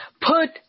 put